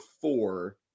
four